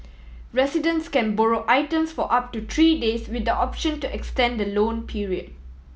residents can borrow items for up to three days with the option to extend the loan period